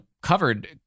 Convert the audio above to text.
covered